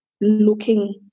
looking